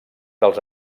dels